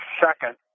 second